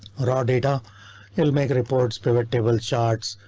raw data will make reports pivot table charts.